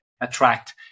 attract